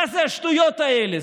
מה זה השטויות האלה?